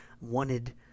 wanted